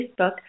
Facebook